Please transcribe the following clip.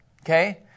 okay